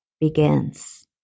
begins